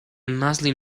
muslim